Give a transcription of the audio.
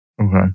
Okay